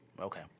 Okay